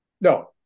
No